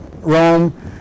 Rome